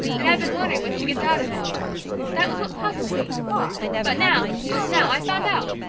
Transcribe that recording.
and i've been wondering what she gets out of it that was what puzzled me but now, just now, i've found out!